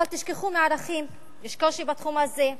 אבל תשכחו מערכים, יש קושי בתחום הזה.